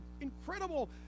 incredible